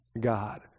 God